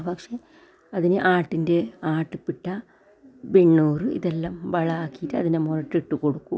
പക്ഷേ അതിന് ആട്ടിൻ്റെ ആട്ടുപിട്ട വിണ്ണൂറ് ഇതെല്ലാം വളാക്കിയിട്ട് അതിൻ്റെ മോളിലോട്ടിട്ടു കൊടുക്കും